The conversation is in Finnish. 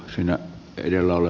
siinä ei vielä ole